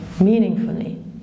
meaningfully